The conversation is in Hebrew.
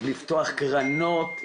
לפתוח קרנות,